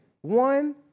one